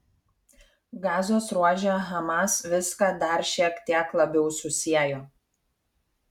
gazos ruože hamas viską dar šiek tiek labiau susiejo